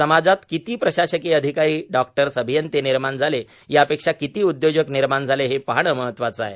समाजात किती प्रशासकीय अधिकारी डॉक्टर्स अभियंते निर्माण झाले यापेक्षा किती उद्योजक निर्माण झाले हे पाहणे महत्वाचे आहे